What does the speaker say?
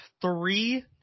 three